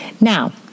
Now